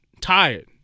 Tired